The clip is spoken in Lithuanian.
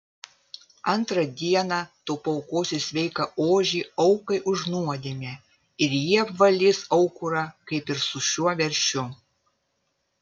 antrą dieną tu paaukosi sveiką ožį aukai už nuodėmę ir jie apvalys aukurą kaip ir su veršiu